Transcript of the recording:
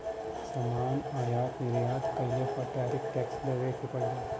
सामान आयात निर्यात कइले पर टैरिफ टैक्स देवे क पड़ेला